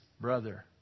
brother